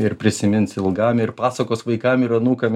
ir prisimins ilgam ir pasakos vaikam ir anūkam